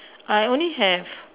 I only have